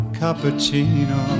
cappuccino